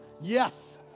yes